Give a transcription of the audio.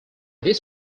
this